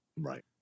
Right